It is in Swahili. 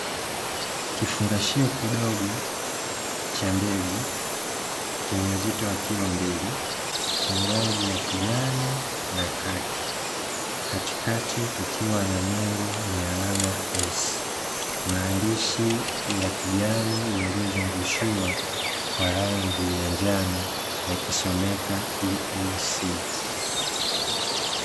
Kifungashio kidogo cha mbegu, chenye uzito wa kilo mbili chenye rangi ya kijani na kaki, katikati kukiwa na nembo yenye alama ya "S" maandishi ya kijani yaliyozungushiwa kwa rangi ya njano yakisomeka ¨EAseeds¨.